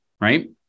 right